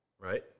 Right